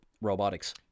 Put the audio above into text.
robotics